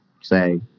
say